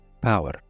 power